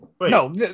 No